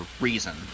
reason